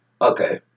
Okay